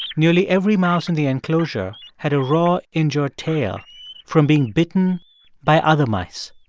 nearly every mouse in the enclosure had a raw, injured tail from being bitten by other mice.